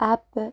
app